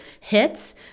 hits